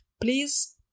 please